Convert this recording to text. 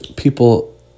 people